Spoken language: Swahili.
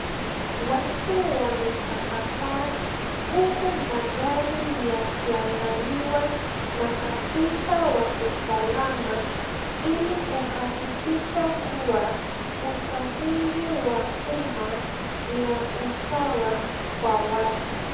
Watu wametapakaa huku magari yakiangaliwa na afisa wa usalama ili kuhakikisha kuwa usafiri wa umma ni ya usawa kwa watu.